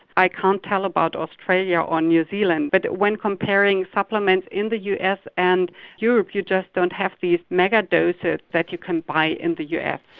i can't tell about australia or new zealand but when comparing supplements in the us and europe you just don't have these mega doses that you can buy in the us.